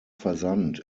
versand